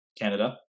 Canada